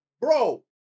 bro